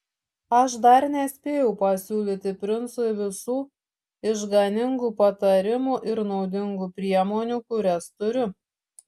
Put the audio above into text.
aš dar nespėjau pasiūlyti princui visų išganingų patarimų ir naudingų priemonių kurias turiu